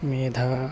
मेधा